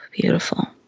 Beautiful